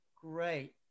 Great